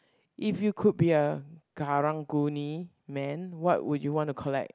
if you could be a karang-guni man what would you want to collect